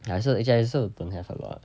哪里是家里是 don't have a lot